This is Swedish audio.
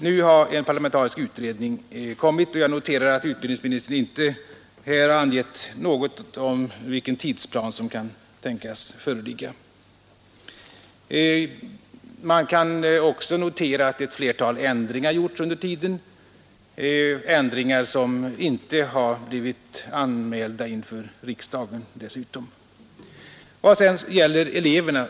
Nu har en parlamentarisk utredning kommit, och jag noterar att utbildningsministern inte har angett något om vilken tidsplan som kan tänkas föreligga. Man kan också notera att ett flertal ändringar har gjorts under tiden, ändringar som dessutom inte har blivit anmälda inför riksdagen. Sedan gäller det eleverna.